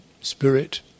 spirit